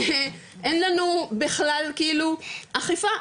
אין לנו בכלל אכיפה,